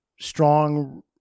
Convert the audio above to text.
strong